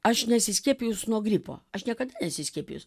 aš nesiskiepijus nuo gripo aš niekad nesiskiepijus